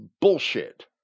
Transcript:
bullshit